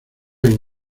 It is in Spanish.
hay